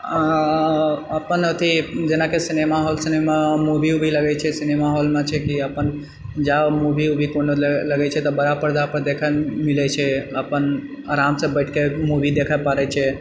आ अपन अथि जेनाकि सिनेमा हाँल सिनेमा मूवी वूवी लगैछेै सिनेमा हाँलमे छैकि अपन जाओ मूवी वूवी कोनो लगैछेै तऽ बड़ा पर्दा पर देखैलए मिलैछै अपन आरामसँ बैठके मूवी देखए पड़ैछै